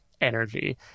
energy